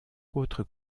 autres